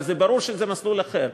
אבל ברור שזה מסלול אחר.